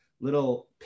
little